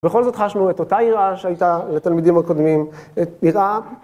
‫בכל זאת חשנו את אותה היראה ‫שהייתה לתלמידים הקודמים. יראה